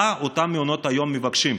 מה אותם מעונות יום מבקשים,